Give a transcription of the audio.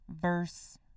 verse